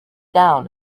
down